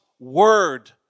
word